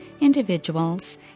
individuals